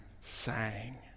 sang